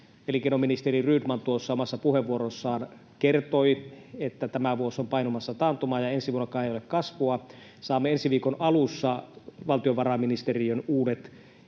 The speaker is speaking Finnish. Elinkeinoministeri Rydman tuossa omassa puheenvuorossaan kertoi, että tämä vuosi on painumassa taantumaan ja ensi vuonnakaan ei ole kasvua. Saamme ensi viikon alussa valtiovarainministeriön uudet